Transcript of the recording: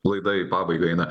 laida į pabaigą eina